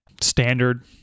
Standard